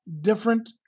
different